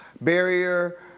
Barrier